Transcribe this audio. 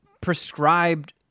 prescribed